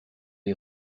les